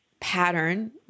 pattern